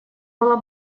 было